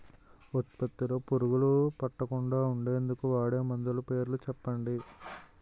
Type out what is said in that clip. ఉత్పత్తి లొ పురుగులు పట్టకుండా ఉండేందుకు వాడే మందులు పేర్లు చెప్పండీ?